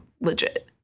legit